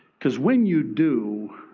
because when you do,